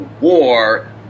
war